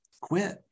quit